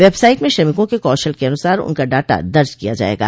website में श्रमिकों के कौशल के अनुसार उनका डाटा दर्ज किया जायेगा